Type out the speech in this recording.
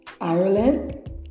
Ireland